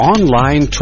Online